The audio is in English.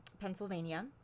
Pennsylvania